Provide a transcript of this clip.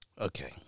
okay